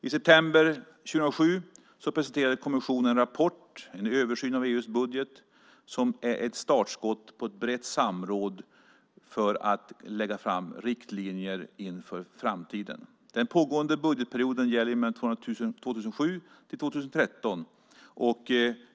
I september 2007 presenterade kommissionen en rapport, en översyn av EU:s budget, som utgör ett startskott för ett brett samråd för att lägga fram riktlinjer inför framtiden. Den pågående budgetperioden gäller mellan 2007 och 2013.